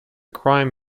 crime